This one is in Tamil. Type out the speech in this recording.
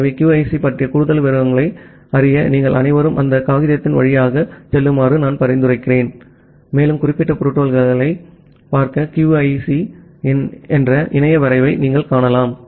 எனவே QUIC பற்றிய கூடுதல் விவரங்களை அறிய நீங்கள் அனைவரும் அந்த காகிதத்தின் வழியாக செல்லுமாறு நான் பரிந்துரைக்கிறேன் மேலும் குறிப்பிட்ட புரோட்டோகால்யைப் பார்க்க QUIC இன் இணைய வரைவை நீங்கள் காணலாம்